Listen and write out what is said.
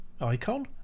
Icon